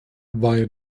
via